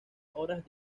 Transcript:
horas